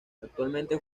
actualmente